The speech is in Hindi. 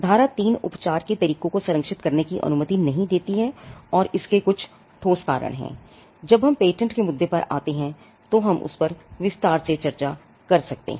धारा 3 उपचार के तरीकों को संरक्षित करने की अनुमति नहीं देती है और इसके कुछ ठोस कारण हैं जब हम पेटेंट के मुद्दे पर आते हैं तो हम उस पर विस्तार से चर्चा कर सकते हैं